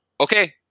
okay